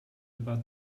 about